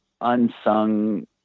unsung